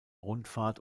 rundfahrt